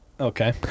okay